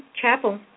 chapel